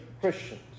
Christians